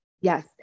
Yes